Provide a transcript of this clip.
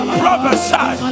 prophesy